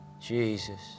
Jesus